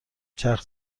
چرخ